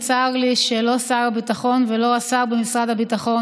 וצר לי שלא שר הביטחון ולא השר במשרד הביטחון